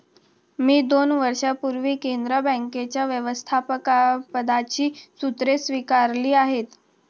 मी दोन वर्षांपूर्वी कॅनरा बँकेच्या व्यवस्थापकपदाची सूत्रे स्वीकारली आहेत